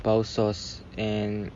power source and